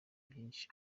byinshi